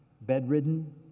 bedridden